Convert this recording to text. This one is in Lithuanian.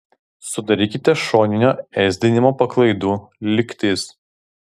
sudarykite šoninio ėsdinimo paklaidų lygtis